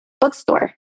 bookstore